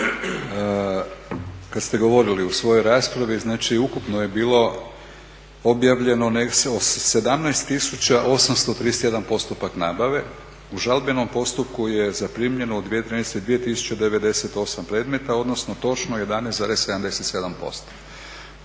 kad ste govorili u svojoj raspravi znači ukupno je bilo objavljeno 17 831 postupak nabave. U žalbenom postupku je zaprimljeno u 2013. 2098 predmeta, odnosno točno 11,77%.